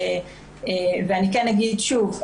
ואני כן אגיד שוב,